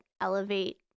elevate